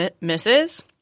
Misses